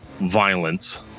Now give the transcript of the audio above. violence